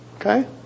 okay